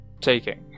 taking